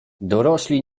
dorośli